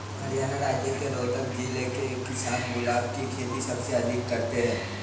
हरियाणा राज्य के रोहतक जिले के किसान गुलाब की खेती सबसे अधिक करते हैं